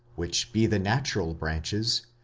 which be the natural branches,